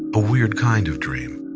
a weird kind of dream.